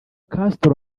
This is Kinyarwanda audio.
castro